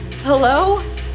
Hello